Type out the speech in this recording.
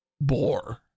bore